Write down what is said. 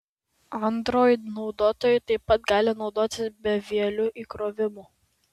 android naudotojai taip pat gali naudotis bevieliu įkrovimu